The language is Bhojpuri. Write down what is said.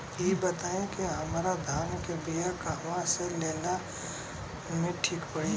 इ बताईं की हमरा धान के बिया कहवा से लेला मे ठीक पड़ी?